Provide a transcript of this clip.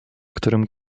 którym